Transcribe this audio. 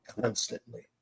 constantly